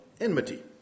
enmity